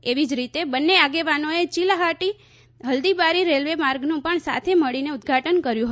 એવી જ રીતે બંને આગેવાનોએ ચીલહાટી હલ્દીબારી રેલવે માર્ગનું પણ સાથે મળીને ઉદઘાટન કર્યું હતું